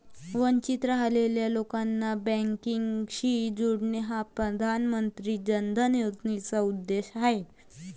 वंचित राहिलेल्या लोकांना बँकिंगशी जोडणे हा प्रधानमंत्री जन धन योजनेचा उद्देश आहे